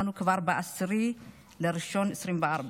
אנחנו כבר ב-10 בינואר 2024,